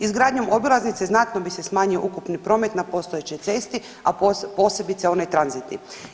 Izgradnjom obilaznice znatno bi se smanjio ukupni promet na postojećoj cesti, a posebice onaj tranzitni.